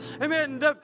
Amen